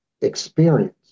experience